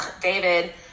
david